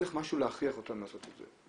צריך משהו להכריח אותם לעשות את זה,